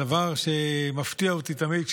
הדבר שמפתיע אותי תמיד,